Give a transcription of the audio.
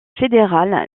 fédéral